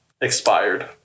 expired